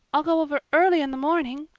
i'll go over early in the morning,